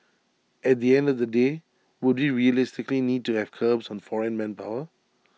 at the end of the day would we realistically need to have curbs on foreign manpower